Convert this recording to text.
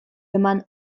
eman